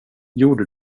gjorde